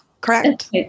correct